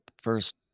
first